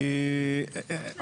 לשכה משפטית, כן.